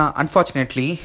unfortunately